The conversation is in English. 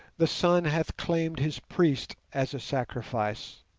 the sun hath claimed his priest as a sacrifice